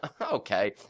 Okay